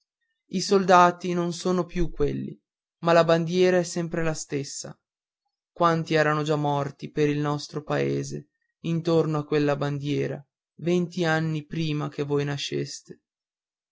i soldati non son più quelli ma la bandiera è sempre la stessa quanti erano già morti per il nostro paese intorno a quella bandiera venti anni prima che voi nasceste